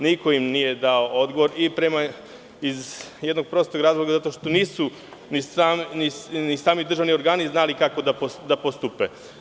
Niko im nije dao odgovor iz jednog prostog razloga – zato što nisu ni sami državni organi znali kako da postupe.